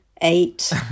eight